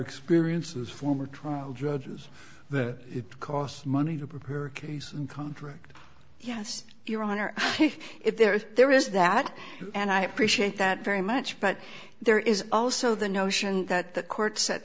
experiences former trial judges that it costs money to prepare a case and contract yes your honor if there is that and i appreciate that very much but there is also the notion that the court set